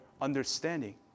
understanding